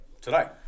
today